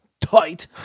tight